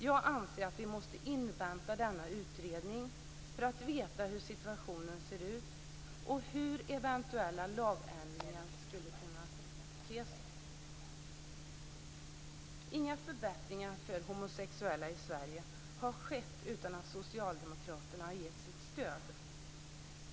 Jag anser att vi måste invänta denna utredning för att veta hur situationen ser ut och hur eventuella lagändringar skulle kunna te sig. Inga förbättringar för homosexuella i Sverige har skett utan att Socialdemokraterna har givit sitt stöd.